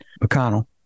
McConnell